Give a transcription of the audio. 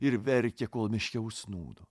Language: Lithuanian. ir verkė kol miške užsnūdo